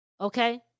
Okay